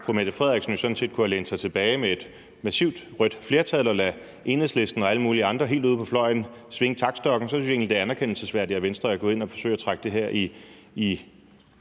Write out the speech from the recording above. fru Mette Frederiksen jo sådan set kunne have lænet sig tilbage med et massivt rødt flertal og ladet Enhedslisten og alle mulige andre helt ude på fløjen svinge taktstokken, så synes jeg egentlig, at det er anerkendelsesværdigt, at Venstre er gået ind og har forsøgt at trække det her i